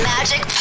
Magic